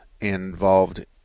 involved